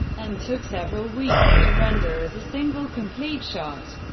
and took several weeks to render as a single, complete shot.